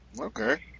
okay